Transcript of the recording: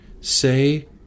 Say